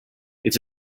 it’s